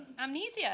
Amnesia